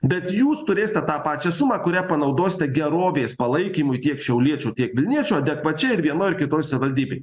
bet jūs turėsite tą pačią sumą kurią panaudosite gerovės palaikymui tiek šiauliečių tiek vilniečių adekvačiai ir vienoj ar kitoje savivaldybėj